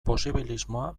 posibilismoa